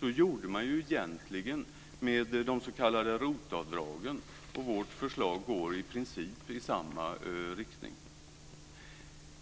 Så gjorde man ju egentligen med de s.k. ROT-avdragen, och vårt förslag går i princip i samma riktning.